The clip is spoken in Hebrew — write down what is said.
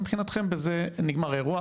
ומבחינתכם בזה נגמר האירוע.